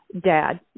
dad